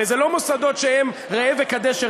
הרי זה לא מוסדות שהם כזה ראה וקדש,